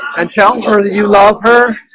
and tell her that you love her